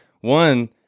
one